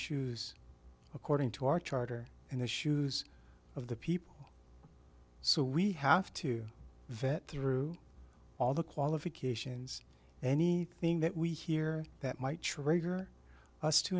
shoes according to our charter and the shoes of the people so we have to vet through all the qualifications any thing that we hear that might trade or us to